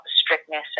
strictness